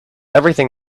everything